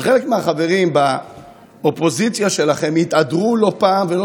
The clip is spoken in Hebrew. שחלק מהחברים באופוזיציה שלכם התהדרו לא פעם ולא